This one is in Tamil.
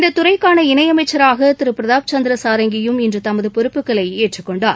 இந்தத் துறைக்கான இணையமைச்சராக திரு பிரதாப் சந்திர சாரங்கியும் இன்று தமது பொறப்புகளை ஏற்றுக் கொண்டார்